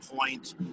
point